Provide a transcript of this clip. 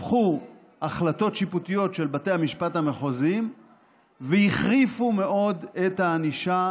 הפכו החלטות שיפוטיות של בתי המשפט המחוזיים והחריפו מאוד את הענישה